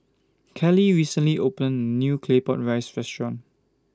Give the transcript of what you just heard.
Keli recently opened A New Claypot Rice Restaurant